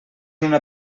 una